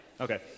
Okay